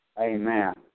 Amen